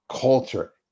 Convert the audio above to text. culture